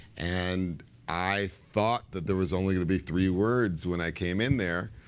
and i thought that there was only going to be three words when i came in there.